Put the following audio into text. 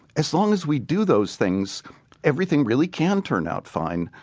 as long as we do those things everything really can turn out fine.